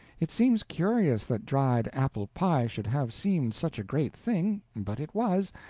it seems curious that dried-apple-pie should have seemed such a great thing, but it was,